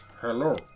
Hello